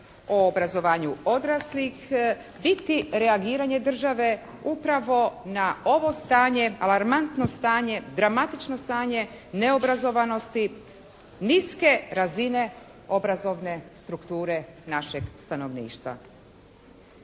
o obrazovanju odraslih biti reagiranje države upravo na ovo stanje, alarmantno stanje, dramatično stanje neobrazovanosti, niske razine obrazovne strukture našeg stanovništva.